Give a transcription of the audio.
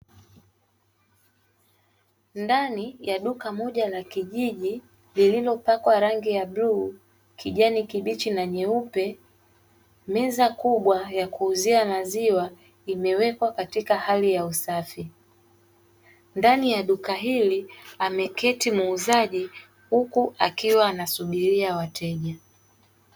Ndani ya duka moja la kijiji lililopakwa rangi ya bluu, kijani kibichi na nyeupe, meza kubwa ya kuuzia maziwa imewekwa katika hali ya usafi. Ndani ya duka hili ameketi muuzaji huku akiwa anasubiria wateja.